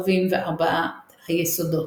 הכוכבים וארבעת היסודות.